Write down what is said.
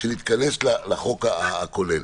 כשנתכנס לחוק הכולל.